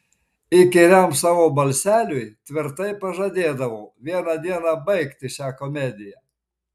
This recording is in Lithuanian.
įkyriam savo balseliui tvirtai pažadėdavau vieną dieną baigti šią komediją